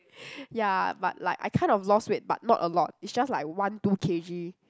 ya but like I kind of lost weight but not a lot it's just like one two K_G